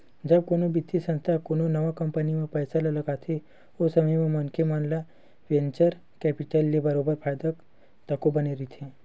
जब कोनो बित्तीय संस्था ह कोनो नवा कंपनी म पइसा ल लगाथे ओ समे म मनखे मन ल वेंचर कैपिटल ले बरोबर फायदा तको बने रहिथे